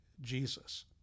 Jesus